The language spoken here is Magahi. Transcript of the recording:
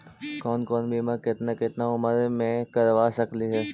कौन कौन बिमा केतना केतना उम्र मे करबा सकली हे?